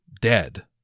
dead